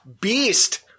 beast